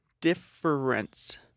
difference